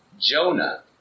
Jonah